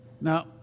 Now